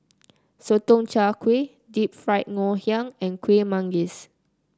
Sotong Char Kway Deep Fried Ngoh Hiang and Kueh Manggis